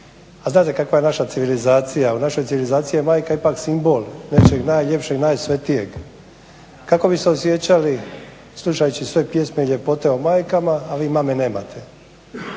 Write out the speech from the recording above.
a znate kakva je naša civilizacija. U našoj civilizaciji je majka ipak simbol nečeg najljepšeg i nečeg najsvetijeg. Kako bi se osjećali slušajući sve pjesme i ljepote o majkama a vi mame nemate?